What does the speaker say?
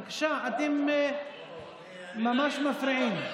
בבקשה, אתם ממש מפריעים.